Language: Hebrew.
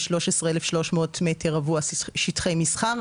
ו-13,300 מטר רבוע שטחי מסחר.